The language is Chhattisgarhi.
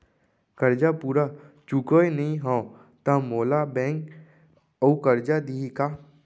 करजा पूरा चुकोय नई हव त मोला बैंक अऊ करजा दिही का?